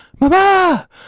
Mama